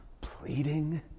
pleading